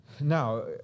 Now